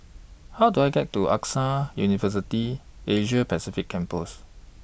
How Do I get to AXA University Asia Pacific Campus